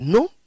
Non